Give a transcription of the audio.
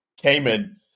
Cayman